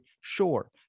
sure